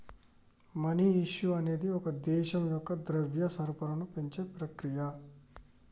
money issue అనేది ఒక దేశం యొక్క ద్రవ్య సరఫరాను పెంచే ప్రక్రియ